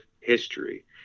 history